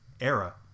era